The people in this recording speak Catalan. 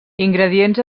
ingredients